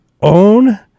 own